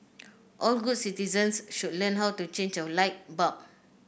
all good citizens should learn how to change a light bulb